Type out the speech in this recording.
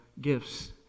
gifts